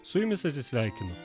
su jumis atsisveikinu